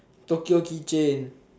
Tokyo keychain